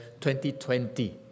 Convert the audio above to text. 2020